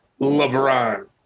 LeBron